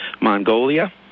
Mongolia